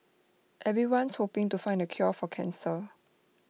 everyone's hoping to find the cure for cancer